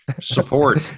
support